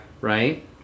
Right